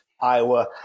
Iowa